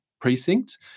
precinct